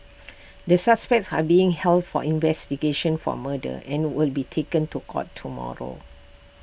the suspects are being held for investigations for murder and will be taken to court tomorrow